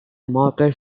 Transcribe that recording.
market